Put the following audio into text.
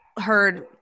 heard